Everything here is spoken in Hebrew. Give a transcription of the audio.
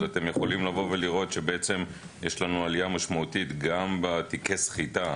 אתם יכולים לראות שיש לנו עלייה משמעותית גם בתיקי סחיטה,